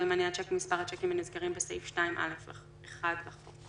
לא יימנה השיק במפר השיקים הנזכרים התראה על שיקים בסעיף 2(א1) לחוק.